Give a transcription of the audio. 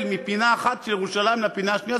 מפינה אחת של ירושלים לפינה השנייה,